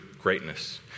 greatness